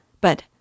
but